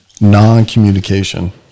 non-communication